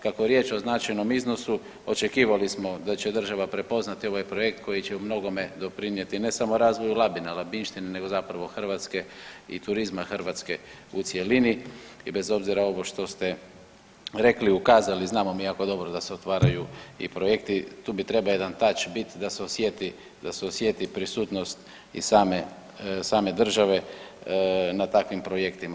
Kako je riječ o značajnom iznosu očekivali smo da će država prepoznati ovaj projekt koji će u mnogome doprinijeti ne samo razvoju Labina, Labinštine nego zapravo Hrvatske i turizma Hrvatske u cjelini, I bez obzira ovo što rekli, ukazali znamo mi jako dobro da se otvaraju i projekti tu bi trebao jedan toch biti da se osjeti, da se osjeti i prisutnost same, same države na takvim projektima.